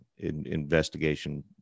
investigation